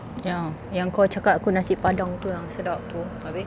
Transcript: ya yang kau cakap aku nasi padang tu yang sedap tu habis